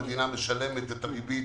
המדינה משלמת את הריבית